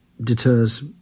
deters